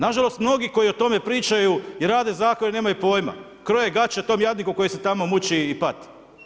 Na žalost mnogi koji o tome pričaju i rade zakone nemaju pojma, kroje gače tom jadniku koji se tamo muči i pati.